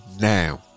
now